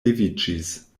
leviĝis